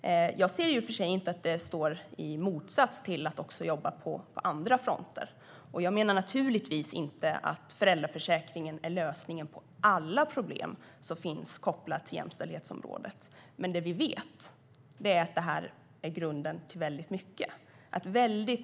Jag ser i och för sig inte att det står i motsats till att också jobba på andra fronter. Jag menar naturligtvis inte att föräldraförsäkringen är lösningen på alla problem som finns kopplade till jämställdhetsområdet. Men vi vet att den är grunden till mycket.